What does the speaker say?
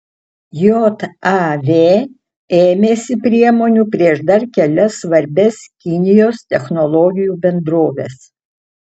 jav ėmėsi priemonių prieš dar kelias svarbias kinijos technologijų bendroves